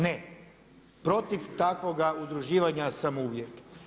Ne, protiv takvoga udruživanja sam uvijek.